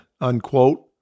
unquote